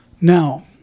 Now